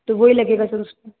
तो वही लगेगा सर उसमें